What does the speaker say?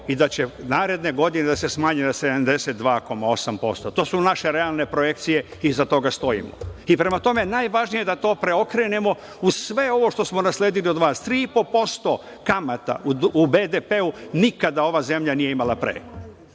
i da će naredne godine da se smanji na 72,8%. To su naše realne projekcije i iza toga stojimo. Najvažnije je da to preokrenemo uz sve ovo što smo nasledili od vas, 3,5% kamata u BDP nikada ova zemlja nije imala pre.